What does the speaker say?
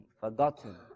forgotten